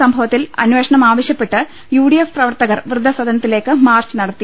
സംഭവത്തിൽ അന്വേഷണം ആവശ്യപ്പെട്ട് യു ഡി എഫ് പ്രവർത്തകർ വൃദ്ധസദനത്തിലേക്ക് മാർച്ച് നടത്തി